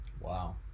Wow